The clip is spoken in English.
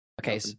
Okay